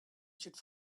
should